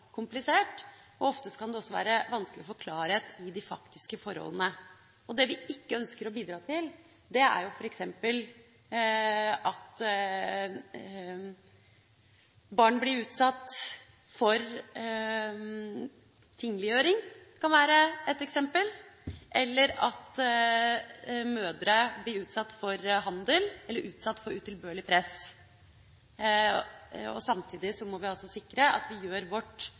komplisert, og ofte kan det være vanskelig å få klarhet i de faktiske forholdene. Det vi ikke ønsker å bidra til, er f.eks. at barn blir utsatt for tingliggjøring, eller at mødre blir utsatt for handel eller utilbørlig press. Samtidig må vi sikre at vi gjør vårt